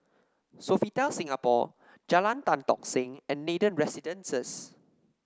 Sofitel Singapore Jalan Tan Tock Seng and Nathan Residences